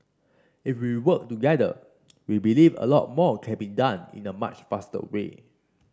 if we work together we believe a lot more can be done in a much faster way